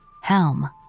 Helm